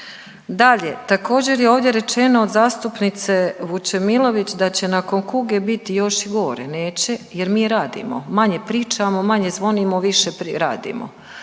Dalje, također je ovdje rečeno od zastupnice Vučemilović da će nakon kuge biti još i gore. Neće jer mi radimo, manje zvonimo, više priradimo.